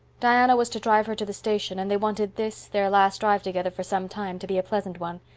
diana was to drive her to the station and they wanted this, their last drive together for some time, to be a pleasant one.